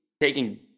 taking